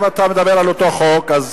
אם אתה מדבר על אותו חוק, אז